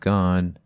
Gone